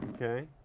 okay.